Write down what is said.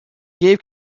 gave